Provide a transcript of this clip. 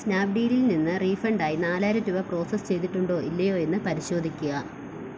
സ്നാപ്ഡീലിൽ നിന്ന് റീഫണ്ട് ആയി നാലായിരം രൂപ പ്രോസസ്സ് ചെയ്തിട്ടുണ്ടോ ഇല്ലയോ എന്ന് പരിശോധിക്കുക